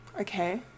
Okay